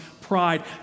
pride